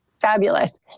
fabulous